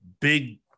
big